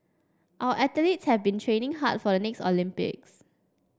our athletes have been training hard for the next Olympics